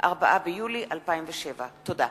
4 ביולי 2007. תודה.